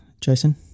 jason